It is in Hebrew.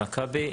מכבי.